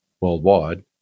worldwide